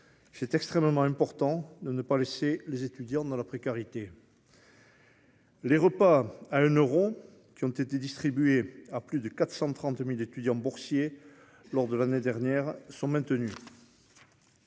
est extrêmement important de ne pas laisser les étudiants dans la précarité. Les repas à un euro, qui ont été distribués à plus de 430 000 étudiants boursiers lors de l'année scolaire dernière, sont maintenus.